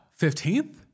15th